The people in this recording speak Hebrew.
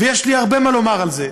ויש לי הרבה מה לומר על זה,